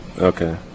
okay